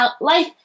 life